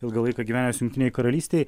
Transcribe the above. ilgą laiką gyvenęs jungtinėj karalystėj